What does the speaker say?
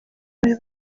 bari